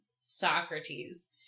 Socrates